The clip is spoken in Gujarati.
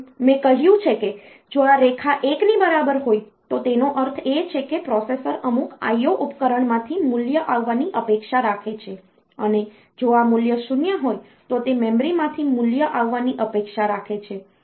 જેમ મેં કહ્યું છે કે જો આ રેખા 1 ની બરાબર હોય તો તેનો અર્થ એ છે કે પ્રોસેસર અમુક IO ઉપકરણમાંથી મૂલ્ય આવવાની અપેક્ષા રાખે છે અને જો આ મૂલ્ય 0 હોય તો તે મેમરીમાંથી મૂલ્ય આવવાની અપેક્ષા રાખે છે